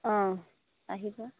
অঁ আহিব